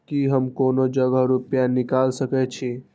की हम कोनो जगह रूपया निकाल सके छी?